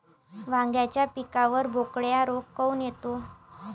वांग्याच्या पिकावर बोकड्या रोग काऊन येतो?